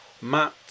Matt